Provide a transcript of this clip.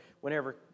whenever